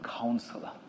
counselor